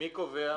מי קובע?